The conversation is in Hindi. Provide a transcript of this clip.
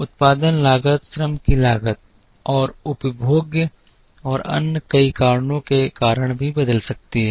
उत्पादन लागत श्रम की लागत और उपभोग्य और अन्य कई कारणों के कारण भी बदल सकती है